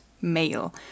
male